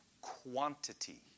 quantity